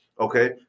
Okay